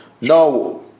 Now